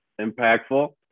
impactful